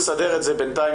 לד"ר